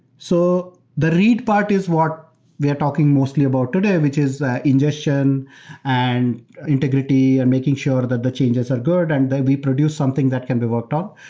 so the read part is what we are talking mostly about today, which is ingestion and integrity and making sure that the changes are good and that we produce something that can be worked on.